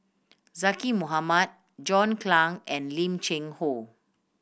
Zaqy Mohamad John Clang and Lim Cheng Hoe